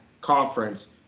conference